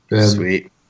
Sweet